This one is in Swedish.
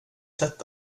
sett